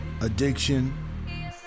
addiction